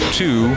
two